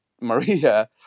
Maria